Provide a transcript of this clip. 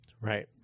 right